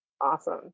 Awesome